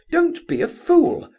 don't be a fool!